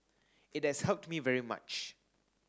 it has helped me very much